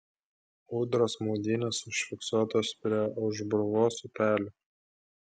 ūdros maudynės užfiksuotos prie aušbruvos upelio